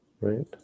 Right